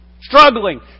Struggling